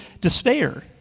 despair